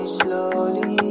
slowly